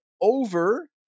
over